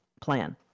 plan